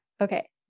Okay